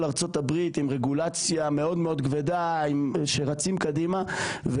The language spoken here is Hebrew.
ארצות הברית עם רגולציה מאוד כבדה שרצים קדימה.